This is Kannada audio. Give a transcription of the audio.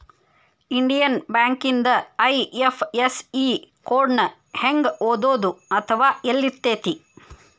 ಇಂಡಿಯನ್ ಬ್ಯಾಂಕಿಂದ ಐ.ಎಫ್.ಎಸ್.ಇ ಕೊಡ್ ನ ಹೆಂಗ ಓದೋದು ಅಥವಾ ಯೆಲ್ಲಿರ್ತೆತಿ?